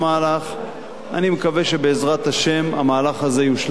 אני מקווה שבעזרת השם המהלך הזה יושלם בתוך זמן קצר.